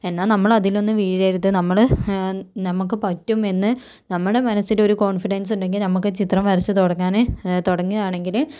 എന്നാൽ നമ്മൾ അതിലൊന്നും വീഴരുത് നമ്മൾ നമുക്ക് പറ്റും എന്ന് നമ്മുടെ മനസ്സിനൊരു കോൺഫിഡൻസ് ഉണ്ടെങ്കിൽ നമുക്ക് ചിത്രം വരച്ച് തുടങ്ങാൻ തുടങ്ങുകയാണെങ്കിൽ